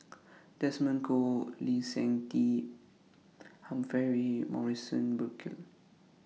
Desmond Kon Lee Seng Tee Humphrey Morrison Burkill